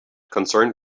concerned